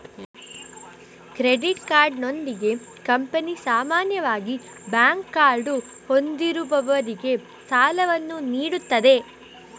credit ಕಾರ್ಡಿನೊಂದಿಗೆ company ಸಾಮಾನ್ಯವಾಗಿ bank card ಹೊಂದಿರುವವರಿಗೆ ಸಾಲವನ್ನು ನೀಡುತ್ತದೆ